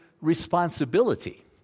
responsibility